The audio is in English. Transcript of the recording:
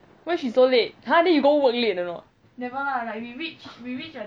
why she's so late !huh! then you go work late or not